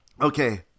okay